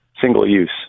single-use